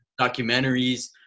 documentaries